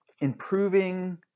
improving